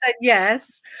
yes